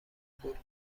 بودم